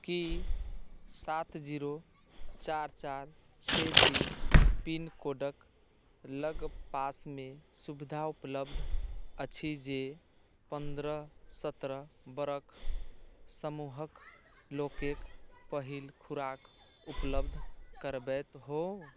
की सात जीरो चारि चारि छओ तीन पिनकोडक लग पासमे सुविधा उपलब्ध अछि जे पन्द्रह सत्रह बरख समूहक लोकक पहिल खुराक उपलब्ध करबैत हो